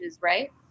right